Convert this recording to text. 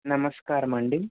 నమస్కారమండి